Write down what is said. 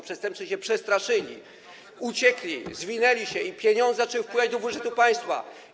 Przestępcy się przestraszyli, uciekli, zwinęli się i pieniądze zaczęły wpływać do budżetu państwa.